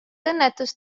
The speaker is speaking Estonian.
õnnetus